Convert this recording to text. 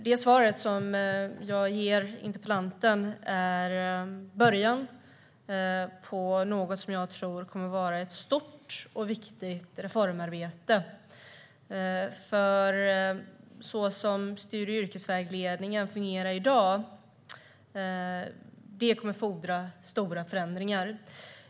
Det svar som jag ger interpellanten är en början på något som jag tror kommer att vara ett stort och viktigt reformarbete, för studie och yrkesvägledningen, som den fungerar i dag, kommer att fordra stora förändringar.